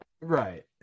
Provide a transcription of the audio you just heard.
Right